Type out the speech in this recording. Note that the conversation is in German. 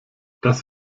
das